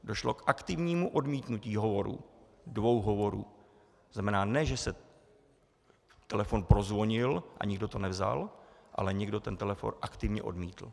Došlo k aktivnímu odmítnutí dvou hovorů, tzn. ne že se telefon prozvonil a nikdo to nevzal, ale někdo ten telefon aktivně odmítl.